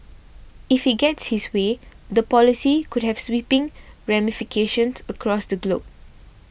if he gets his way the policy could have sweeping ramifications across the globe